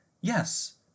yes